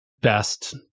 best